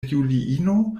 juliino